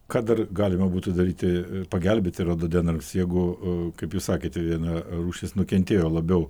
ką dar galima būtų daryti pagelbėti rododendrams jeigu kaip jūs sakėte viena rūšis nukentėjo labiau